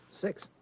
six